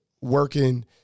working